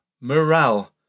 morale